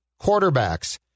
quarterbacks